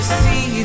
see